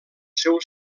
seu